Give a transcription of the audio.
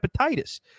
hepatitis